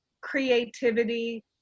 creativity